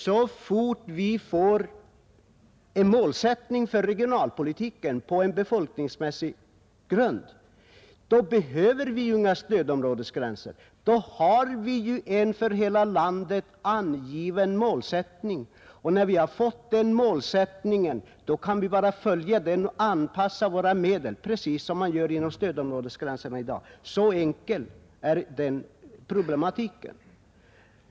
Så fort vi får en målsättning för regionalpolitiken på en befolkningsmässig grund, herr Nilsson, behöver vi inga stödområdesgränser. Då har vi ju en för hela landet angiven målsättning. När vi har fått den är det bara att följa den och använda de medel som står till förfogande precis som man gör inom stödområdesgränserna i dag. Så enkel är den problematiken.